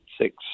six